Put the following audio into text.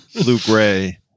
blue-gray